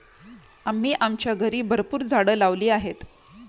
आम्ही आमच्या घरी भरपूर झाडं लावली आहेत